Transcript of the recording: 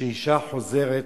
כשאשה חוזרת